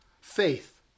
faith